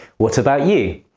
what about you?